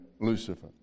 Lucifer